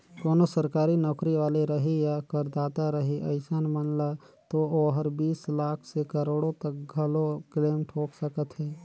कोनो सरकारी नौकरी वाले रही या करदाता रही अइसन मन ल तो ओहर बीस लाख से करोड़ो तक घलो क्लेम ठोक सकत हे